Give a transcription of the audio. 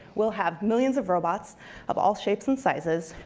we'll have millions of robots of all shapes and sizes,